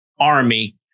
army